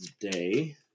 today